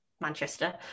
Manchester